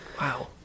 wow